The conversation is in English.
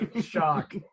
Shock